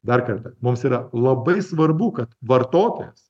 dar kartą mums yra labai svarbu kad vartotojas